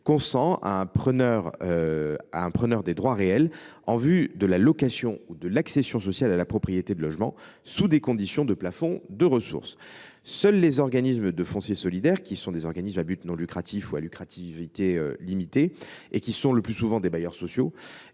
consent à un preneur des droits réels en vue de la location ou de l’accession sociale à la propriété de logements, sous conditions de ressources. Seuls les organismes de foncier solidaire, qui sont des organismes à but non lucratif ou à lucrativité limitée – le plus souvent des bailleurs sociaux